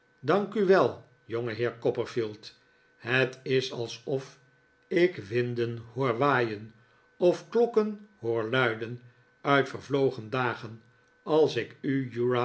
dank u wel jongeheer copperfield het is alsof ik winden hoor waaien of klokken hoor luiden uit vervlogen dagen als ik u